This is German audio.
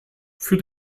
für